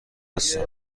هستم